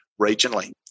regionally